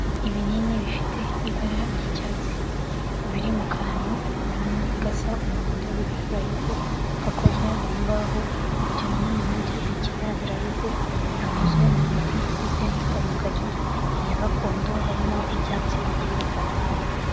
Ibinini bifite ibara ry'icyatsi, biri mu kantu gasa umuhondo, bigarare y'uko gakozwe mu mbaho, ibyo binini nabyo ikigaragara n'uko bikozwe mu miti igiye itandukanye, iya gakondo harimo ibyatsi bigiye bitandukanye.